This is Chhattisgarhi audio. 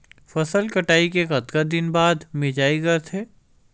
फसल कटाई के कतका दिन बाद मिजाई करथे?